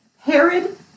Herod